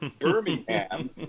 Birmingham